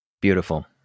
beautiful